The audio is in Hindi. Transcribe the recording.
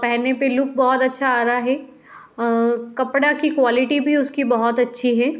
पहनने पर लुक बहुत अच्छा आ रहा है कपड़ा की क्वालिटी भी उसकी बहुत अच्छी है